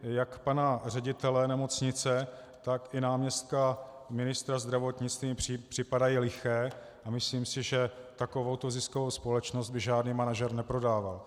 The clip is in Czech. A argumenty jak pana ředitele nemocnice, tak i náměstka ministra zdravotnictví mi připadají liché a myslím si, že takovouto ziskovou společnost by žádný manažer neprodával.